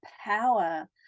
power